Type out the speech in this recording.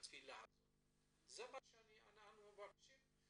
מה שאנחנו מבקשים.